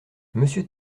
monsieur